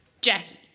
Jackie